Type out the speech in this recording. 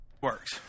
Works